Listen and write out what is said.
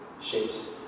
shapes